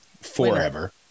forever